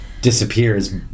disappears